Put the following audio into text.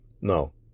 no